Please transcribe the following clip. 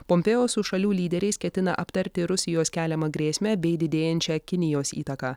pompeo su šalių lyderiais ketina aptarti rusijos keliamą grėsmę bei didėjančią kinijos įtaką